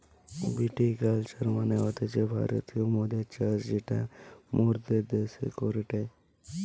ভিটি culture মানে হতিছে ভারতীয় মদের চাষ যেটা মোরদের দ্যাশে করেটে